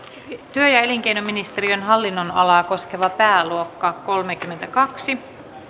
työ ja elinkeinoministeriön hallinnonalaa koskeva pääluokka kolmekymmentäkaksi